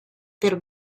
per